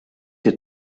had